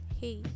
hey